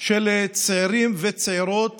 של צעירים וצעירות